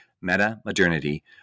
Meta-Modernity